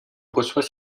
reçoit